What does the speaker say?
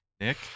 nick